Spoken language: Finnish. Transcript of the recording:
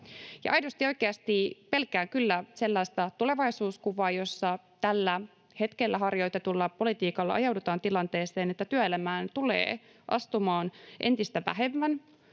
Aidosti ja oikeasti pelkään kyllä sellaista tulevaisuuskuvaa, jossa tällä hetkellä harjoitetulla politiikalla ajaudutaan tilanteeseen, että työelämään tulee astumaan entistä vähemmän,